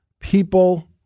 people